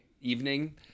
evening